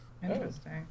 Interesting